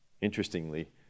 Interestingly